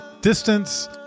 distance